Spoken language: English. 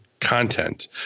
content